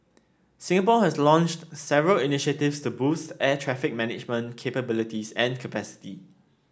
Singapore has launched several initiatives to boost air traffic management capabilities and capacity